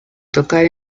tocar